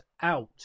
out